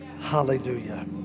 Hallelujah